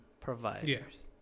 providers